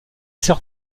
sert